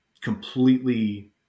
Completely